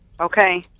Okay